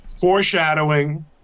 foreshadowing